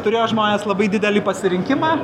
turėjo žmonės labai didelį pasirinkimą